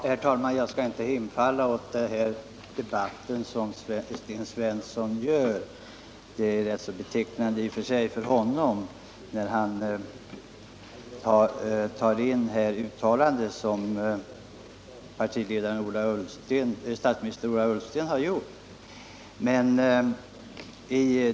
Herr talman! Jag skall inte hemfalla åt den debatteknik som Sten Svensson tillämpar. Det är i och för sig rätt betecknande för honom när han tar upp uttalanden som statsminister Ola Ullsten har gjort.